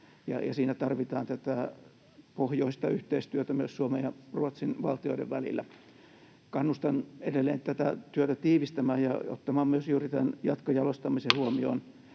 siinä tarvitaan tätä pohjoista yhteistyötä myös Suomen ja Ruotsin valtioiden välillä. Kannustan edelleen tätä työtä tiivistämään ja ottamaan myös juuri tämän jatkojalostamisen [Puhemies